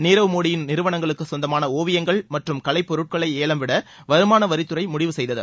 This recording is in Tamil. நீரவ் மோடியின் நிறுவனங்களுக்கு சொந்தமான ஒவியங்கள் மற்றும் கலைப்பொருட்களை ஏலம் விட வருமானவரித்துறை முடிவு செய்தது